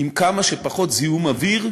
עם כמה שפחות זיהום אוויר,